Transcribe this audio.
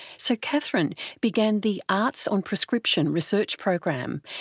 so katherine began the arts on prescription research program,